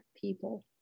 people